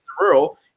rural